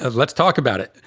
let's talk about it.